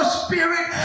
spirit